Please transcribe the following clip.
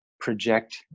project